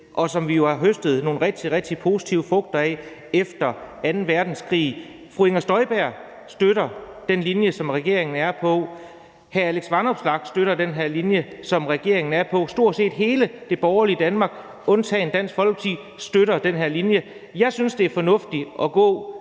og som vi jo har høstet nogle rigtig, rigtig positive frugter af efter anden verdenskrig. Fru Inger Støjberg støtter den linje, som regeringen har. Hr. Alex Vanopslagh støtter den her linje, som regeringen har. Stort set hele det borgerlige Danmark undtagen Dansk Folkeparti støtter den her linje. Jeg synes, det er fornuftigt at gå